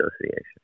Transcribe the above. Association